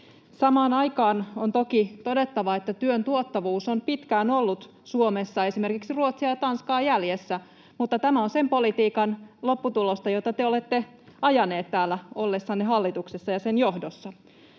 Samaan aikaan on toki todettava, että työn tuottavuus on pitkään ollut Suomessa esimerkiksi Ruotsia ja Tanskaa jäljessä, mutta tämä on sen politiikan lopputulosta, jota te olette ajaneet täällä ollessanne hallituksessa ja sen johdossa.